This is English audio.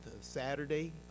Saturday